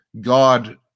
God